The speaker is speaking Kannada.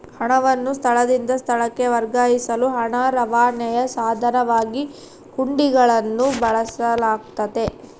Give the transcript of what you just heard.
ಹಣವನ್ನು ಸ್ಥಳದಿಂದ ಸ್ಥಳಕ್ಕೆ ವರ್ಗಾಯಿಸಲು ಹಣ ರವಾನೆಯ ಸಾಧನವಾಗಿ ಹುಂಡಿಗಳನ್ನು ಬಳಸಲಾಗ್ತತೆ